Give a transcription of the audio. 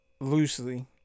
loosely